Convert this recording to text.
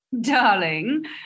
darling